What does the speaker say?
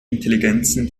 intelligenzen